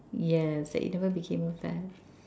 yes that you never became a vet